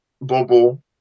bubble